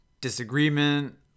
disagreement